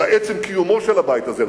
אלא עצם קיומו של הבית הזה,